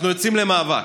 אנחנו יוצאים למאבק,